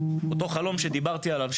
אותו חלום שדיברתי עליו,